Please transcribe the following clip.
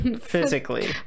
physically